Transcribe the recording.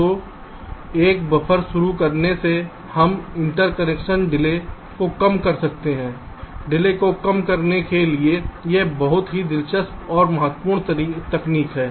तो एक बफर शुरू करने से हम इंटरकनेक्शन डिले को कम कर सकते हैं डिले को कम करने के लिए यह एक बहुत ही दिलचस्प और महत्वपूर्ण तकनीक है